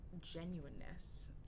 genuineness